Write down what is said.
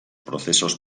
procesos